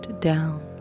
down